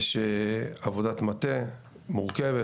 יש עבודת מטה מורכבת,